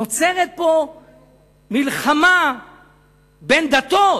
נוצרת פה מלחמה בין דתות.